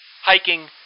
hiking